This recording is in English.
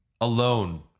alone